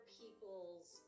people's